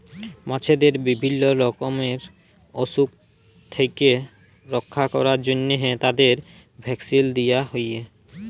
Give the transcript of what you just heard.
মাছদের বিভিল্য রকমের অসুখ থেক্যে রক্ষা ক্যরার জন্হে তাদের ভ্যাকসিল দেয়া হ্যয়ে